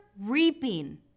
reaping